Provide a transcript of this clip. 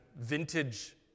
vintage